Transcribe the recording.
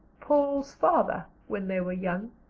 paul's father. when they were young.